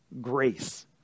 grace